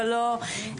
אבל לא ממש,